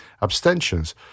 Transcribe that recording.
abstentions